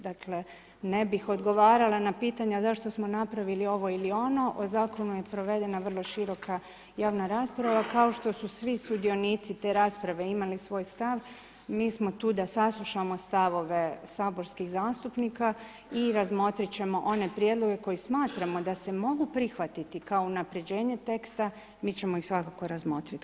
Dakle, ne bih odgovarala na pitanja zašto smo napravili ovo ili ono, o zakonu je provedena vrlo široka javna rasprava kao što su svi sudionici te rasprave imali svoj stav, mi smo tu da saslušamo saborskih zastupnika i razmotrit ćemo one prijedloge koji smatramo da se mogu prihvatiti kao unaprjeđenje teksta, mi ćemo ih svakako razmotriti.